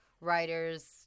writers